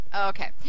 Okay